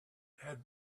had